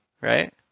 right